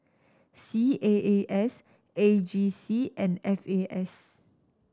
C A A S A G C and F A S